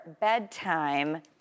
bedtime